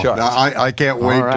yeah but i can't wait,